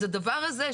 אז הדבר הזה,